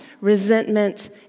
resentment